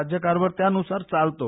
राज्यकारभार त्यावुसार चालतो